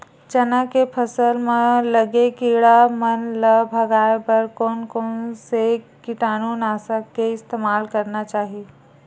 चना के फसल म लगे किड़ा मन ला भगाये बर कोन कोन से कीटानु नाशक के इस्तेमाल करना चाहि?